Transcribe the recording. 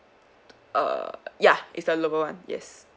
uh yeah is the lower one yes